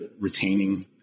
retaining